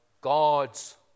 God's